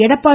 Edappadi